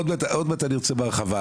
עוד מעט אני רוצה בהרחבה,